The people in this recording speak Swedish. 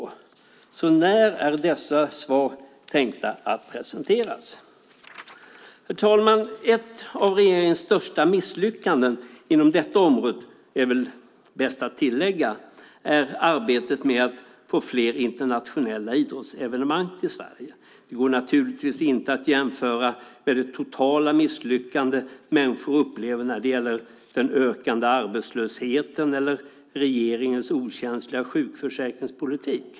När är det tänkt att dessa svar ska presenteras? Herr talman! Ett av regeringens största misslyckanden - inom detta område är det väl bäst att tillägga - är arbetet med att få fler internationella idrottsevenemang till Sverige. Det går naturligtvis inte att jämföra med det totala misslyckande som människor upplever när det gäller den ökande arbetslösheten eller regeringens okänsliga sjukförsäkringspolitik.